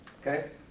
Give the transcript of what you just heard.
Okay